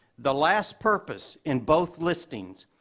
the last purpose in both listings,